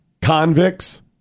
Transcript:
Convicts